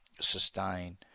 sustain